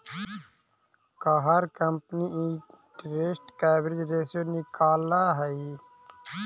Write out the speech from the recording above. का हर company interest coverage ratio निकालअ हई